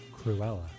Cruella